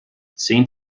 zehn